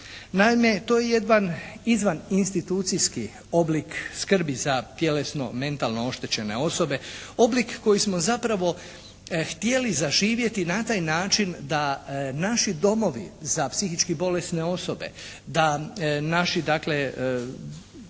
Naime, to je jedan izvan institucijski oblik skrbi za tjelesno, mentalno oštećene osobe, oblik koji smo zapravo htjeli zaživjeti na taj način da naši domovi za psihički bolesne osobe, da naši dakle